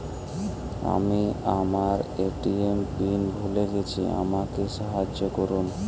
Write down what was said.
আমি আমার ATM PIN ভুলে গেছি আমাকে সাহায্য করুন